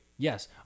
Yes